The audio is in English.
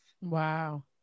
Wow